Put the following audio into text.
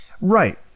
Right